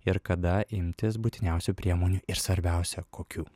ir kada imtis būtiniausių priemonių ir svarbiausia kokių